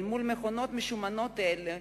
אל מול מכונות משומנות אלה,